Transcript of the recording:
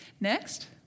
Next